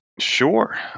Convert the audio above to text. Sure